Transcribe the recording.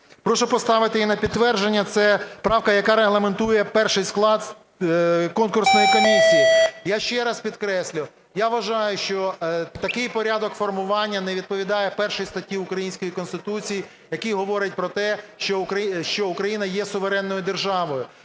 Прошу поставити її на підтвердження, це правка, яка регламентує перший склад конкурсної комісії. Я ще раз підкреслю, я вважаю, що такий порядок формування не відповідає 1 статті української Конституції, яка говорить про те, що Україна є суверенною державою.